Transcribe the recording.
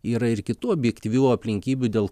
yra ir kitų objektyvių aplinkybių dėl